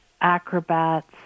acrobats